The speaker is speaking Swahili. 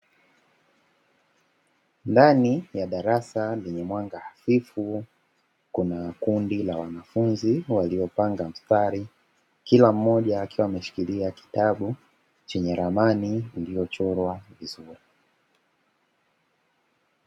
Ndani ya darasa ni mwanga hafifu kuna kundi la wanafunzi waliopanga mstari kila mmoja akiwa ameshikilia kitabu chenye ramani iliyochorwa vizuri.